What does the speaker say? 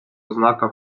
ознака